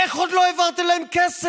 איך עוד לא העברתם להם כסף?